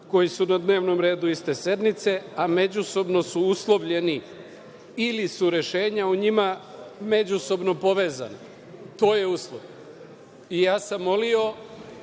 koji su na dnevnom redu iste sednice, a međusobno su uslovljeni ili su rešenja o njima međusobno povezana. To je uslov. Ja sam molio